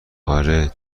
اَه